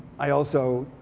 i also